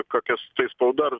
kokias tai spauda ar